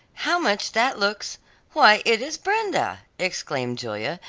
how much that looks why it is brenda, exclaimed julia,